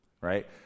Right